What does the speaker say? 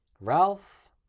Ralph